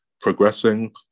progressing